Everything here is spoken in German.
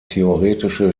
theoretische